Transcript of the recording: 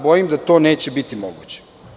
Bojim se da to neće biti moguće.